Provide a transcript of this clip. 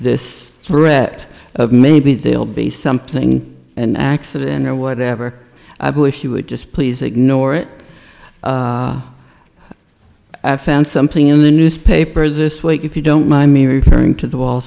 this threat of maybe they'll be something an accident or whatever i wish you would just please ignore it i found something in the newspaper this week if you don't mind me referring to the wall